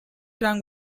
tank